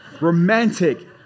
Romantic